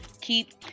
Keep